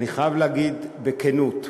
אני חייב להגיד בכנות,